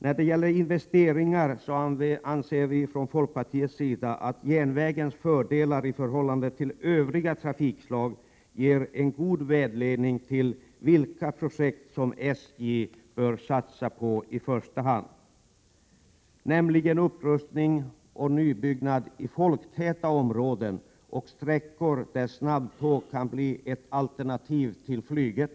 När det gäller investeringar anser vi från folkpartiets sida att järnvägens fördelar i förhållande till övriga trafikslag ger en god vägledning beträffande de projekt som SJ i första hand bör satsa på, nämligen upprustning och nybyggnad i folktäta områden och på sträckor där snabbtåg kan bli ett alternativ till flyget.